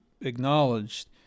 acknowledged